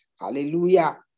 hallelujah